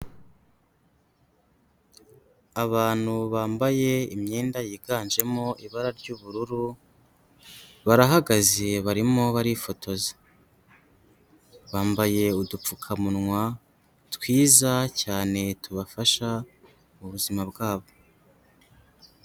Abantu bambaye imyenda yiganjemo ibara ry'ubururu, barahagaze barimo barifotoza, bambaye udupfukamunwa twiza cyane tubafasha mu buzima bwabo.